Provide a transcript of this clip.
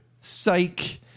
Psych